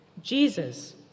Jesus